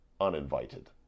uninvited